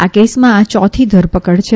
આ કેસમાં આ ચોથી ધરપકડ છે